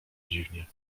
dziwnie